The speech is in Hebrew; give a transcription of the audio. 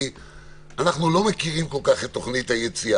אז אנחנו פותחים את השלב הבא,